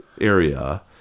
area